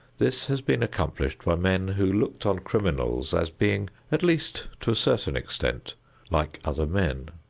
this has been accomplished by men who looked on criminals as being at least to a certain extent like other men.